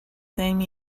same